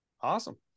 Awesome